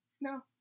No